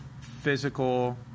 physical